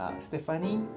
Stephanie